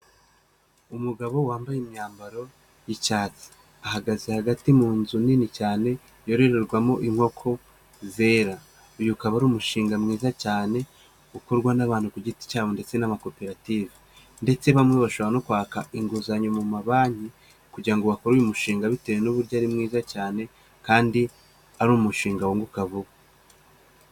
Umugabo wambaye imyambaro y'icyatsi, ahagaze hagati mu nzu nini cyane yororerwamo inkoko zera. Uyu ukaba ari umushinga mwiza cyane, ukorwa n'abantu ku giti cyabo ndetse n'amakoperative, ndetse bamwe bashobora no kwaka inguzanyo mu mabanki kugira ngo bakore uyu mushinga bitewe n'uburyo ari mwiza cyane, kandi ari umushinga wunguka vuba.